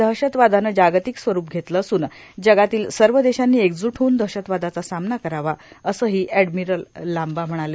दहशतवादानं जागतिक स्वरूप घेतलं असून जगातील सर्व देशांनी एकजूट होऊन दहशतवादाचा सामना करावा असंही एडमिरल लांबा म्हणाले